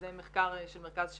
זה מחקר שנערך במרכז שוות.